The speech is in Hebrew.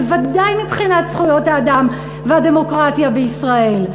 בוודאי מבחינת זכויות האדם והדמוקרטיה בישראל.